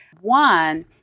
One